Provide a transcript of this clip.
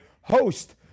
host